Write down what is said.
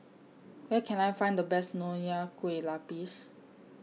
Where Can I Find The Best Nonya Kueh Lapis